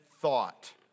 thought